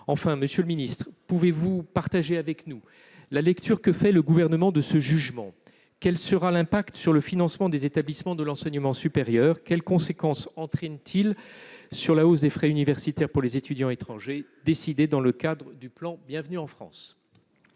Enfin, monsieur le ministre, pouvez-vous partager avec nous la lecture que fait le Gouvernement de ce jugement ? Quel en sera l'impact sur le financement des établissements de l'enseignement supérieur ? Quelles conséquences entraîne-t-il sur la hausse des frais universitaires pour les étudiants étrangers, décidée dans le cadre du plan Bienvenue en France ?